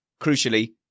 crucially